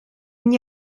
n’y